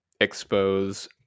Expose